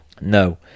no